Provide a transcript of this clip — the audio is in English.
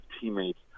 teammates